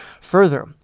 Further